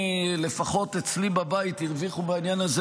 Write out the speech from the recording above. שלפחות אצלי בבית הרוויחו מהעניין הזה,